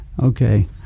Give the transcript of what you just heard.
Okay